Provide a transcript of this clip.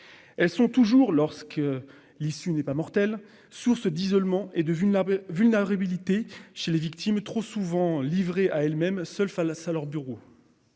Elles sont toujours, lorsque l'issue n'est pas mortelle, source d'isolement et de vulnérabilité chez la victime, trop souvent livrée à elle-même, seule face à son bourreau.